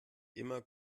immer